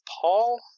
Paul